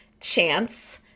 CHANCE